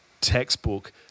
textbook